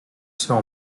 ceux